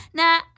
now